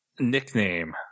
nickname